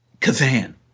kazan